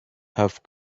have